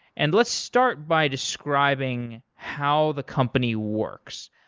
and let's start by describing how the company works.